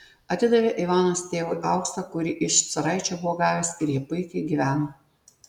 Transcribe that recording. atidavė ivanas tėvui auksą kurį iš caraičio buvo gavęs ir jie puikiai gyveno